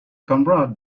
conrad